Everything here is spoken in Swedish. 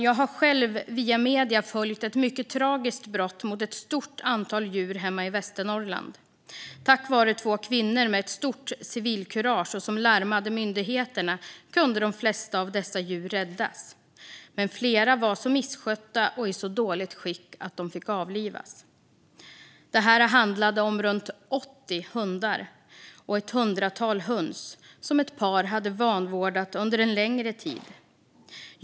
Jag har själv via medier följt ett mycket tragiskt brott mot ett stort antal djur hemma i Västernorrland. Tack vare att två kvinnor med stort civilkurage larmade myndigheterna kunde de flesta av dessa djur räddas, men flera var så misskötta och i så dåligt skick att de fick avlivas. Det här handlade om runt 80 hundar och ett hundratal höns som ett par hade vanvårdat under en längre tid.